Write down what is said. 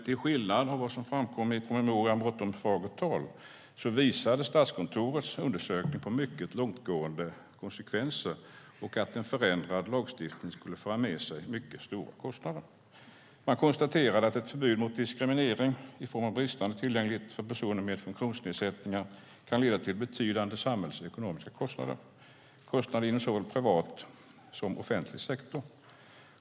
Till skillnad från vad som framkom i promemorian Bortom fagert tal visade Statskontorets undersökning på mycket långtgående konsekvenser och att en förändrad lagstiftning skulle föra med sig mycket stora kostnader. Man konstaterade att ett förbud mot diskriminering i form av bristande tillgänglighet för personer med funktionsnedsättning kan leda till betydande samhällsekonomiska kostnader inom såväl privat som offentlig sektor.